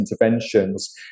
interventions